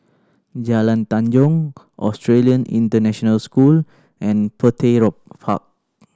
Jalan Tanjong Australian International School and Petir Park